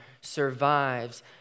survives